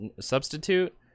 substitute